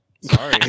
Sorry